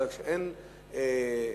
אבל כשאין אכיפה,